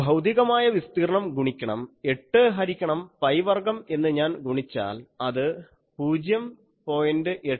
ഭൌതികമായ വിസ്തീർണ്ണം ഗുണിക്കണം 8 ഹരിക്കണം പൈ വർഗ്ഗം എന്ന് ഞാൻ ഗുണിച്ചാൽ അത് 0